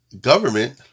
government